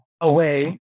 away